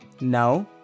Now